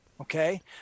okay